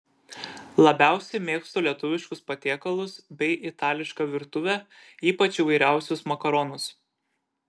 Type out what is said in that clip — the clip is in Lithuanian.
labiausiai mėgstu lietuviškus patiekalus bei itališką virtuvę ypač įvairiausius makaronus